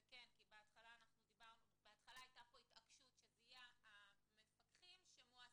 זה כן כי בהתחלה הייתה פה התעקשות שאלו יהיו המפקחים שמועסקים